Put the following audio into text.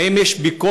האם יש ביקורת?